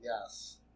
yes